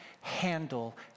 handle